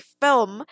film